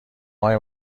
آقای